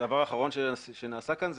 הדבר האחרון שנעשה כאן,